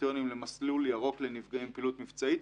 הקריטריונים למסלול ירוק לנפגעי פעילות מבצעית,